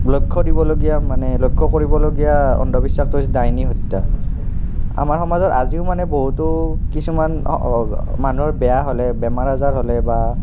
লক্ষ্য দিবলগীয়া মানে লক্ষ্য কৰিবলগীয়া অন্ধবিশ্বাসটো হৈছে ডাইনী হত্যা আমাৰ সমাজত আজিও মানে বহুতো কিছুমান মানুহৰ বেয়া হ'লে বেমাৰ আজাৰ হ'লে বা